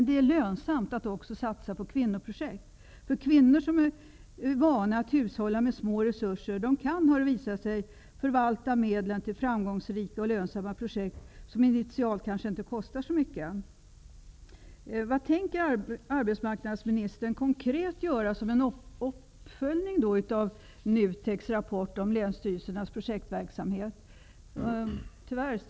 Det är lönsamt att också satsa på kvinnoprojekt. Kvinnor som är vana att hushålla med små resurser kan förvalta medlen till framgångsrika och lönsamma projekt, som initialt kanske inte kostar så mycket. Vad tänker arbetsmarknadsministern konkret göra som en uppföljning av NUTEK:s rapport om länsstyrelsernas projektverksamhet?